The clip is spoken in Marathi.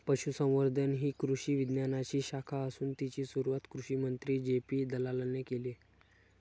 पशुसंवर्धन ही कृषी विज्ञानाची शाखा असून तिची सुरुवात कृषिमंत्री जे.पी दलालाने केले